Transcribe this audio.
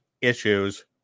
issues